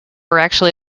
actually